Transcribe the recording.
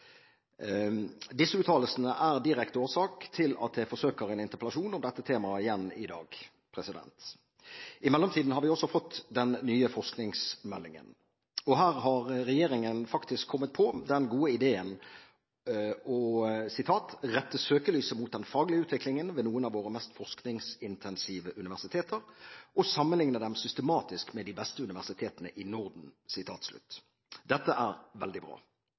Disse uttalelsene er direkte årsak til at jeg forsøker en interpellasjon om dette temaet igjen i dag. I mellomtiden har vi fått den nye forskningsmeldingen. Her har regjeringen faktisk kommet på den gode ideen å «rette søkelyset mot den faglige utviklingen ved noen av våre mest forskningsintensive universiteter og sammenligne dem systematisk med de beste universitetene i Norden». Dette er veldig bra.